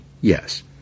yes